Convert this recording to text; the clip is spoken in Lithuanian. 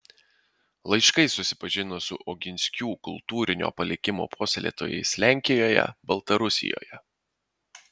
laiškais susipažino su oginskių kultūrinio palikimo puoselėtojais lenkijoje baltarusijoje